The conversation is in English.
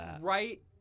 right